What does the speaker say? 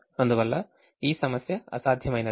అందువల్ల ఈ సమస్య అసాధ్యమైనది